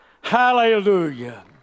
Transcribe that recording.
hallelujah